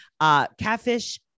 Catfish